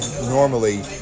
normally